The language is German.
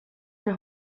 der